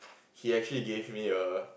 he actually gave me a